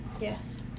Yes